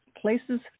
places